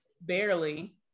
barely